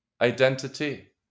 identity